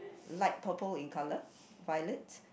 light purple in colour violet